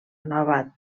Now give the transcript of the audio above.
nova